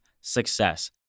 success